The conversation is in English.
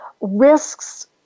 risks